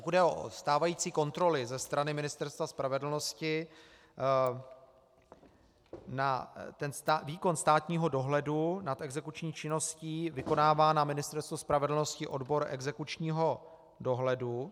Pokud jde o stávající kontroly ze strany Ministerstva spravedlnosti, výkon státního dohledu nad exekuční činností vykonává na Ministerstvu spravedlnosti odbor exekučního dohledu.